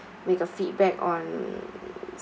with a feedback on